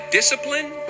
discipline